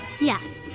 Yes